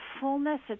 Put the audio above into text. fullness